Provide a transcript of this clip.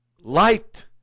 Light